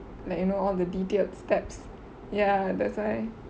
like you know all the detailed steps ya that's why